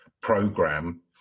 program